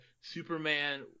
Superman